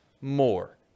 more